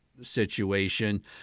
situation